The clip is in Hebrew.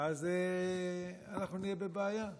אז אנחנו נהיה בבעיה.